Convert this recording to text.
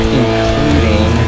including